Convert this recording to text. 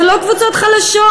זה לא קבוצות חלשות,